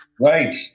Right